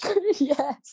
Yes